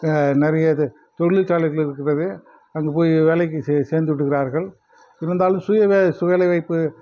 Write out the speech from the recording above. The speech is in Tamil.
நிறைய இது தொழிற்சாலைகள் இருக்கிறது அங்கு போய் வேலைக்கு சே சேர்ந்து விடுகிறார்கள் இருந்தாலும் சுய வே வேலைவாய்ப்பு